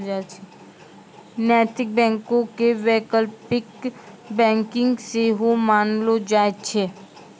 नैतिक बैंको के वैकल्पिक बैंकिंग सेहो मानलो जाय छै